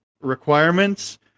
requirements